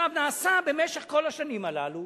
במשך כל השנים הללו